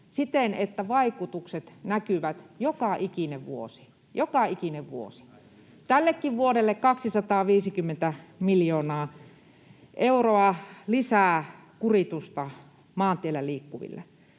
siten, että vaikutukset näkyvät joka ikinen vuosi — joka ikinen vuosi, tällekin vuodelle 250 miljoonaa euroa lisää kuritusta maantiellä liikkuville.